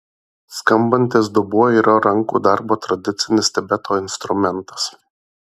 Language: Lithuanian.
skambantis dubuo yra rankų darbo tradicinis tibeto instrumentas